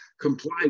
comply